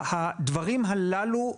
הדברים הללו,